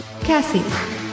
cassie